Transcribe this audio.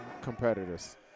Competitors